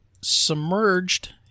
submerged